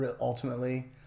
ultimately